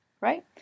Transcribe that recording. Right